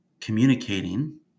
communicating